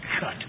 cut